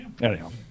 anyhow